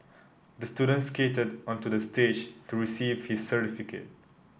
the student skated onto the stage to receive his certificate